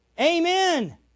Amen